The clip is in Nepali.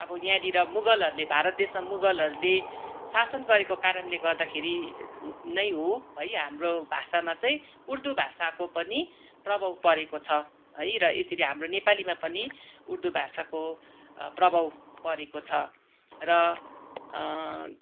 अब यहाँनिर मुगलहरूले भारत देशमा मुगलहरूले शासन गरेको कारणले गर्दाखेरि नै हो है हाम्रो भाषामा चाहिँ उर्दु भाषाको पनि प्रभाव परेको छ है र यसरी हाम्रो नेपालीमा पनि उर्दु भाषाको प्रभाव परेको छ र